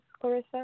Clarissa